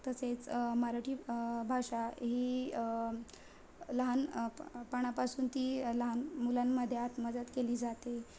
तसेच मराठी भाषा ही लहान प पणापासून ती लहान मुलांमध्ये आत मदत केली जाते